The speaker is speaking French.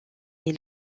est